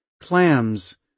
clams